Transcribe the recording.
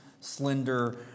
slender